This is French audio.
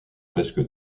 presque